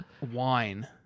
wine